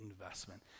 investment